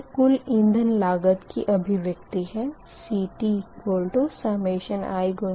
यह कुल इंधन लागत की अभिव्यक्ति है CTi1mCiPgi